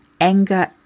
anger